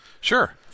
Sure